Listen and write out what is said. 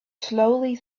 slowly